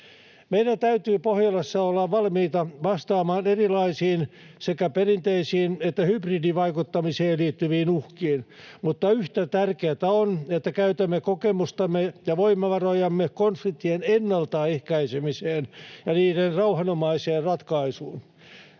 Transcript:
Meidän täytyy Pohjolassa olla valmiita vastaamaan erilaisiin sekä perinteisiin että hybridivaikuttamiseen liittyviin uhkiin, mutta yhtä tärkeätä on, että käytämme kokemustamme ja voimavarojamme konfliktien ennaltaehkäisemiseen ja niiden rauhanomaiseen ratkaisuun.